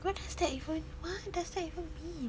what does that even what does that even mean